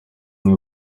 umwe